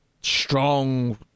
strong